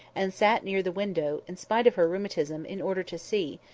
and sat near the window, in spite of her rheumatism, in order to see,